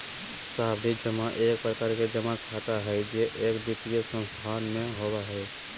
सावधि जमा एक प्रकार के जमा खाता हय जे एक वित्तीय संस्थान में होबय हय